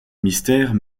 mystère